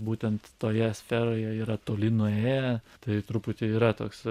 būtent toje sferoje yra toli nuėję tai truputį yra toks